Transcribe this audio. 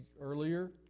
earlier